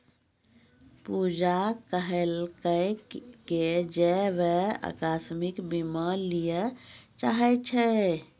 पूजा कहलकै जे वैं अकास्मिक बीमा लिये चाहै छै